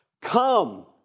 Come